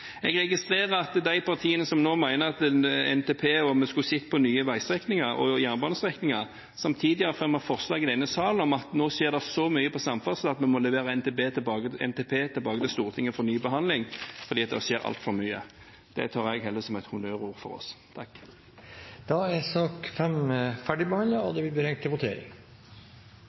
Jeg registrerer at de partiene som nå mener at en NTP skulle ha sett på nye veistrekninger og jernbanestrekninger, samtidig har fremmet forslag i denne sal om at nå skjer det så mye på samferdsel at vi må levere NTP tilbake til Stortinget for ny behandling fordi det skjer altfor mye. Det tar jeg heller som et honnørord for oss. Da er sak